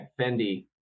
Fendi